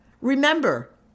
Remember